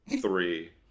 three